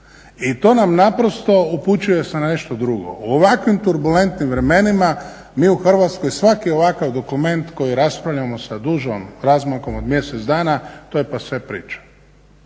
i to nam naprosto upućuje se na nešto drugo. U ovakvim turbulentnim vremenima mi u Hrvatskoj svaki ovakav dokument koji raspravljamo sa dužom, razmakom od mjesec dana to je pase priča.